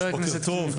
בוקר טוב,